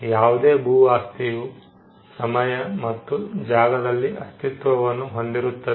ಯಾವುದೇ ಭೂ ಆಸ್ತಿಯು ಸಮಯ ಮತ್ತು ಜಾಗದಲ್ಲಿ ಅಸ್ತಿತ್ವವನ್ನು ಹೊಂದಿರುತ್ತದೆ